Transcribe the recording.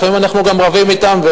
ולפעמים אנחנו גם רבים אתם,